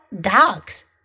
dogs